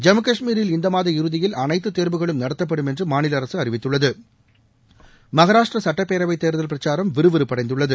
ஜம்மு கஷ்மீரில் இந்த மாத இறுதியில் அனைத்து தேர்வுகளும் நடத்தப்படும் என்று மாநில அரசு அறிவித்துள்ளது மகராஷ்ட்ரா சட்டப்பேரவை தேர்தல் பிரச்சாரம் விறுவிறுப்படைந்துள்ளது